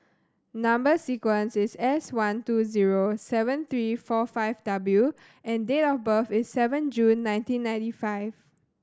number sequence is S one two zero seven three four five W and date of birth is seven June nineteen ninety five